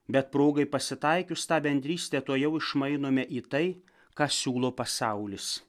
bet progai pasitaikius tą bendrystę tuojau išmainome į tai ką siūlo pasaulis